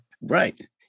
Right